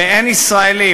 אין ישראלי,